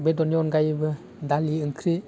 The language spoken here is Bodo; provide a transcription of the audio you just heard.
बेदरनि अनगायैबो दालि ओंख्रि